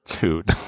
Dude